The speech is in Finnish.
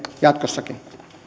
jatkossakin